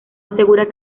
asegura